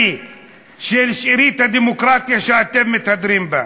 של שארית הדמוקרטיה שאתם מתהדרים בה.